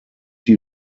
die